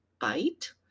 bite